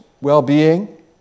well-being